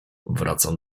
wracam